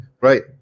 Right